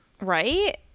Right